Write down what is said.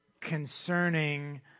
concerning